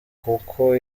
kuko